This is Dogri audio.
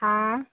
हां